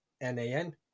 N-A-N